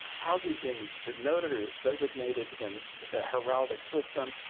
how is he being denoted or designated in the heraldic system?